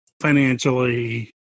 financially